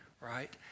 right